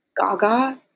Gaga